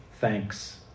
thanks